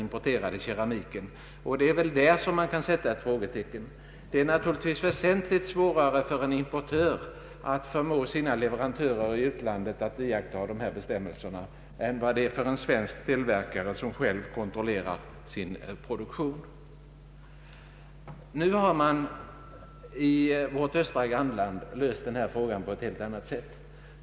Tyvärr vågar man inte förutsätta att resultatet är lika gott som för de svenska produkterna. Det är naturligtvis väsentligt svårare för en importör att förmå sina leverantörer i utlandet att iaktta de svenska bestämmelserna än det är för en svensk tillverkare, som själv kontrollerar sin produktion, att iaktta dessa. I vårt östra grannland har problemet lösts på ett helt annat sätt.